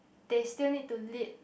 they still need to lead